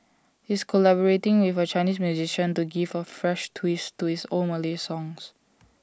he is collaborating with A Chinese musician to give A fresh twist to it's old Malay songs